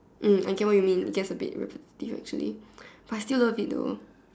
mm I get what you mean gets a bit repetitive actually but I still love though